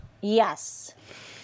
yes